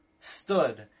stood